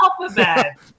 alphabet